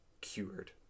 cured